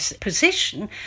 position